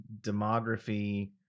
demography